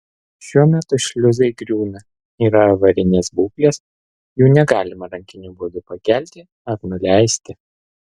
šiuo metu šliuzai griūna yra avarinės būklės jų negalima rankiniu būdu pakelti ar nuleisti